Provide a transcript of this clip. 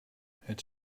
het